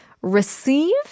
receive